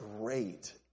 great